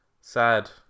sad